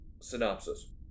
synopsis